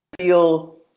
feel